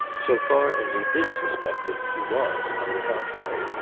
so far as he did suspect it he was on the contrary,